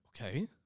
Okay